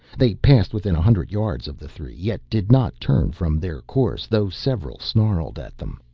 they passed within a hundred yards of the three, yet did not turn from their course, though several snarled at them.